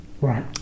Right